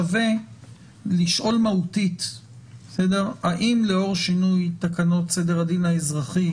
שווה לשאול מהותית האם לאור שינוי תקנות סדר הדין האזרחי